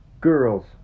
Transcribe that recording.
girls